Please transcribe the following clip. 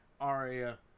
Aria